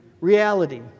reality